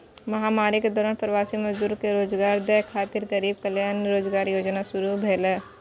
महामारी के दौरान प्रवासी मजदूर कें रोजगार दै खातिर गरीब कल्याण रोजगार योजना शुरू भेलै